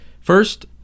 first